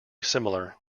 similar